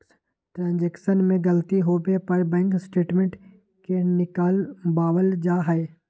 transaction में गलती होवे पर बैंक स्टेटमेंट के निकलवावल जा हई